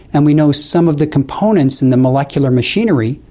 and we know some of the components in the molecular machinery,